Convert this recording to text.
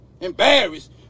Embarrassed